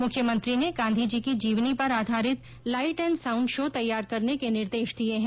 मुख्यमंत्री ने गांधीजी की जीवनी पर आधारित लाईट एण्ड साउण्ड शो तैयार करने के निर्देश दिए है